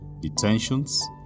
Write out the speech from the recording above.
detentions